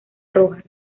roja